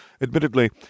admittedly